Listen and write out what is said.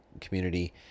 community